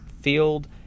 field